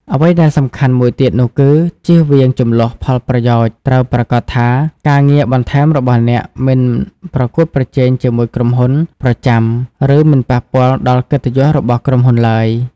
អ្វីដែលសំខាន់មួយទៀតនោះគឺជៀសវាងជម្លោះផលប្រយោជន៍ត្រូវប្រាកដថាការងារបន្ថែមរបស់អ្នកមិនប្រកួតប្រជែងជាមួយក្រុមហ៊ុនប្រចាំ ឬមិនប៉ះពាល់ដល់កិត្តិយសរបស់ក្រុមហ៊ុនឡើយ។